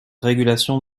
régulation